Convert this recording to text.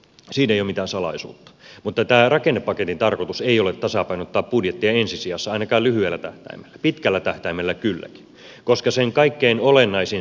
mutta tämän rakennepaketin tarkoitus ei ole tasapainottaa budjettia ensi sijassa ainakaan lyhyellä tähtäimellä pitkällä tähtäimellä kylläkin koska sen kaikkein olennaisin sisältö on työ